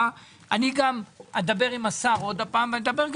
אני גם אדבר עם השר עוד פעם ואדבר גם